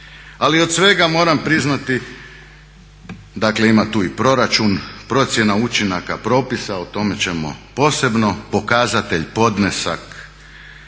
Ali od svega moram priznati, dakle ima tu i proračun procjena učinaka propisa o tome ćemo posebno, pokazatelj, podnesak